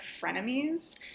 frenemies